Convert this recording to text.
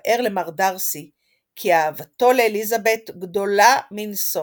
תתבהר למר דארסי כי אהבתו לאליזבת גדולה מנשוא.